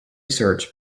search